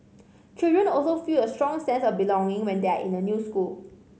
children also feel a strong sense of belonging when they are in a new school